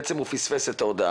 בעצם הוא פיספס את ההודעה,